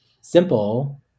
simple